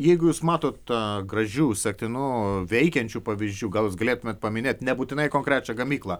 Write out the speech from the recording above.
jeigu jūs matot gražių sektinų veikiančių pavyzdžių gal jūs galėtumėt paminėt nebūtinai konkrečią gamyklą